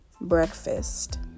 breakfast